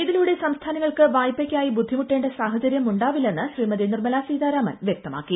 ഇതിലൂടെ സംസ്ഥാനങ്ങൾക്ക് വായ്പയ്ക്കായി ബുദ്ധിമുട്ടേണ്ട സാഹചര്യം ഉണ്ടാവില്ലെന്ന് ശ്രീമതി നിർമ്മലാ സീതാരാമൻ വ്യക്തമാക്കി